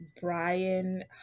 Brian